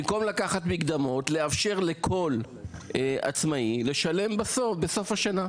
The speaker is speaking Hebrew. במקום לקחת מקדמות לאפשר לכל עצמאי לשלם בסוף השנה.